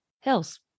Hills